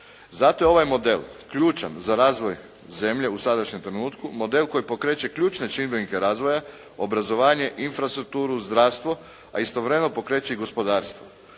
Zato je ovaj model ključan za razvoj zemlje u sadašnjem trenutku. Model koji pokreće ključne čimbenike razvoja, obrazovanje, infrastrukturu, zdravstvo, a istovremeno pokreće i gospodarstvo.